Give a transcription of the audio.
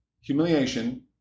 humiliation